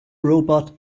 robot